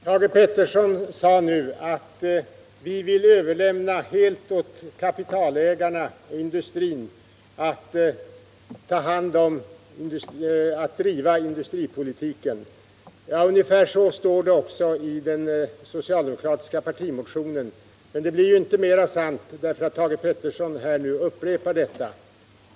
Herr talman! Thage Peterson sade nu att vi vill överlämna helt åt kapitalägarna och industrin att driva industripolitiken. Ungefär så står det också i den socialdemokratiska partimotionen, men det blir inte mer sant därför att Thage Peterson nu upprepar det.